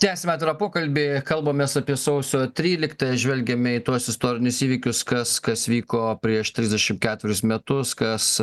tęsiame toliau pokalbį kalbamės apie sausio tryliktąją žvelgiame į tuos istorinius įvykius kas kas vyko prieš trisdešim ketverius metus kas